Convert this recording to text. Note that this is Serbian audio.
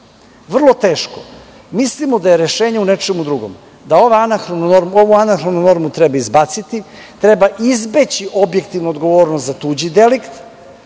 Vrlo teško. Mislimo da je rešenje u nečem drugom – da ovu anahronu normu treba izbaciti, treba izbeći objektivnu odgovornost za tuđi delikt,